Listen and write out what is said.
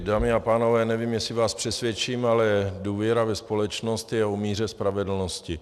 Dámy a pánové, nevím, jestli vás přesvědčím, ale důvěra ve společnost je o míře spravedlnosti.